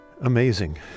Amazing